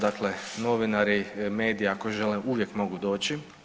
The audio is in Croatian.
Dakle, novinari, mediji ako žele uvijek mogu doći.